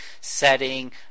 setting